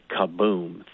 kaboom